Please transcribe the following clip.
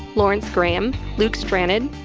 lawrence gram, luke stranded,